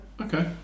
okay